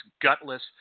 gutless